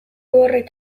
horrek